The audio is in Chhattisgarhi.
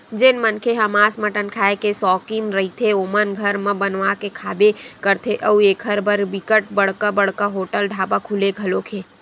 जेन मनखे ह मांस मटन खांए के सौकिन रहिथे ओमन घर म बनवा के खाबे करथे अउ एखर बर बिकट बड़का बड़का होटल ढ़ाबा खुले घलोक हे